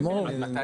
לגמור?